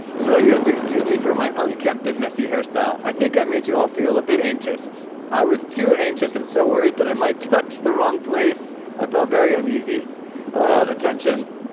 so you have to excuse me for my unkempt and messy hairstyle i think i made you all feel a bit anxious i was too anxious and so worried that i might touch the wrong place i felt very uneasy the tension